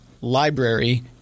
library –